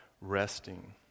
resting